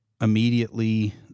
immediately